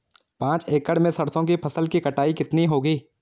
पांच एकड़ में सरसों की फसल की कटाई कितनी होगी?